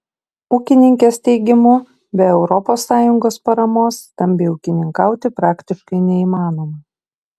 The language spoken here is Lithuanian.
ūkininkės teigimu be europos sąjungos paramos stambiai ūkininkauti praktiškai neįmanoma